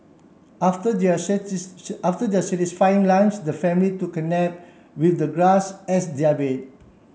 after their after their satisfying lunch the family took a nap with the grass as their bed